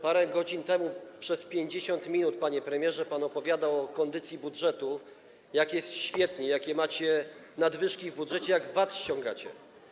Parę godzin temu przez 50 minut, panie premierze, opowiadał pan o kondycji budżetu, jak jest świetnie, jakie macie nadwyżki w budżecie, jak VAT ściągacie.